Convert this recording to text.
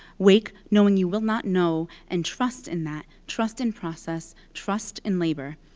wake knowing you will not know, and trust in that. trust in process, trust in labor.